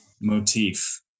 motif